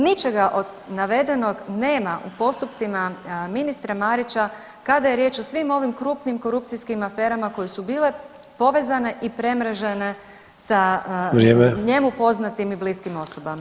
Ničega od navedenog nema u postupcima ministra Marića kada je riječ o svim ovim krupnim korupcijskim aferama koje su bile povezane i premrežene sa njemu poznatim i bliskim osobama.